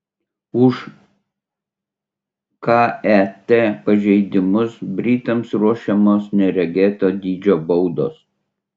už ket pažeidimus britams ruošiamos neregėto dydžio baudos